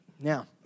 Now